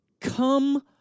come